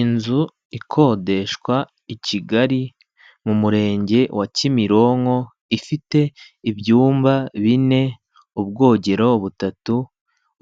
Inzu ikodeshwa i Kigali mu murenge wa Kimironko ifite ibyumba bine ubwogero butatu